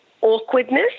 awkwardness